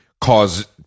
cause